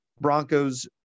Broncos